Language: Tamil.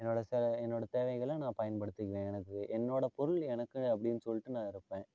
என்னோடய சில என்னோட தேவைகளை நான் பயன்படுத்திக்குவேன் எனக்கு என்னோடய பொருள் எனக்கு அப்படின்னு சொல்லிட்டு நான் இருப்பேன்